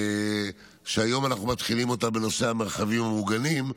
היום אנחנו מתחילים אותה בנושא המרחבים המוגנים,